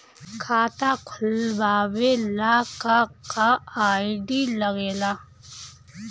खाता खोलवावे ला का का आई.डी लागेला?